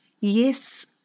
yes